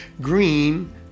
green